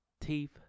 teeth